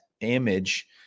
image